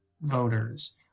voters